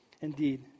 Indeed